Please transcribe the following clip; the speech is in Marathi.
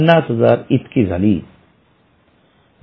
५०००० इतकी झाली